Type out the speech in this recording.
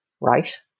right